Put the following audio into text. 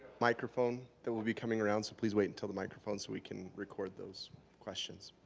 microphone that will be coming around. so please wait until the microphone so we can record those questions.